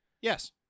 Yes